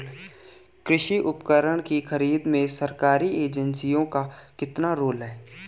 कृषि उपकरण की खरीद में सरकारी एजेंसियों का कितना रोल है?